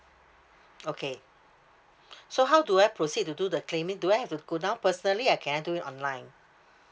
okay so how do I proceed to do the claiming do I have to go down personally I can I do it online